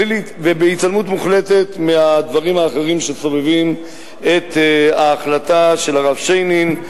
ובהתעלמות מוחלטת מהדברים האחרים שסובבים את ההחלטה של הרב שיינין,